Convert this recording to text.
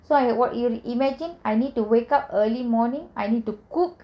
so imagine I need to wake up early morning I need to cook